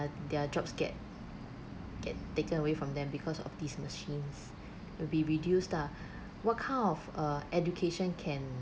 their jobs get get taken away from them because of these machines will be reduced ah what kind of err education can